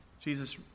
Jesus